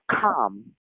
come